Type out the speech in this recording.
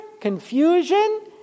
confusion